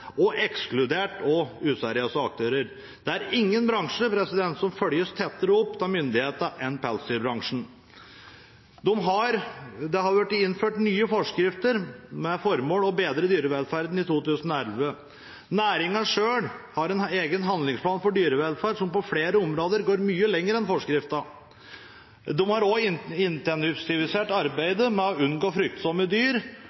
og også ekskludere useriøse aktører. Det er ingen bransje som følges tettere opp av myndighetene enn pelsdyrbransjen. Det ble i 2011 innført en ny forskrift med det som formål å bedre dyrevelferden. Næringen selv har en egen handlingsplan for dyrevelferd som på flere områder går mye lenger enn forskriften. De har også intensivert arbeidet med å unngå fryktsomme dyr,